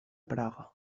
praga